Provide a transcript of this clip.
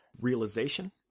realization